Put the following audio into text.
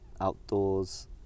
outdoors